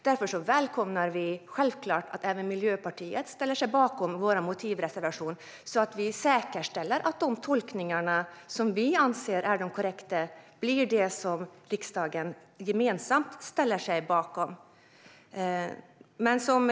Därför välkomnar vi självklart att även Miljöpartiet ställer sig bakom vår motivreservation så att vi säkerställer att de tolkningar som vi anser är de korrekta blir dem som riksdagen gemensamt ställer sig bakom.